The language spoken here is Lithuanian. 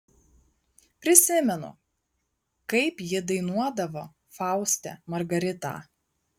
prisimenu kaip ji dainuodavo fauste margaritą